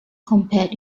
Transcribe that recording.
compared